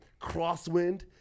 Crosswind